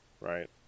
right